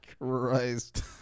Christ